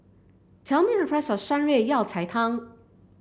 tell me the price of Shan Rui Yao Cai Tang